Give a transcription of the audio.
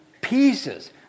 pieces